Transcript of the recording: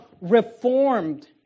Reformed